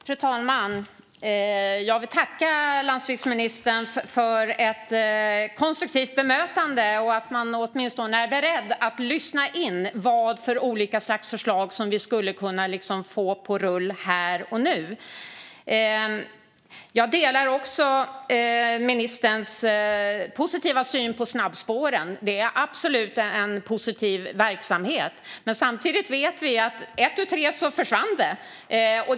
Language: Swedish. Fru talman! Jag vill tacka landsbygdsministern för ett konstruktivt bemötande och för att man åtminstone är beredd att lyssna på vilka olika slags förslag vi skulle kunna få på rull här och nu. Jag delar ministerns positiva syn på snabbspåren; det är absolut en positiv verksamhet. Samtidigt vet vi att ett tu tre försvann detta.